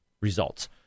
results